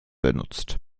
benutzt